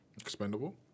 Expendable